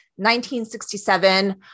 1967